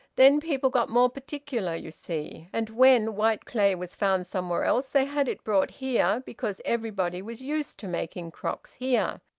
then people got more particular, you see, and when white clay was found somewhere else they had it brought here, because everybody was used to making crocks here,